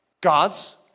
God's